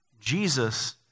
Jesus